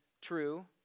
true